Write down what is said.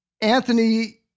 Anthony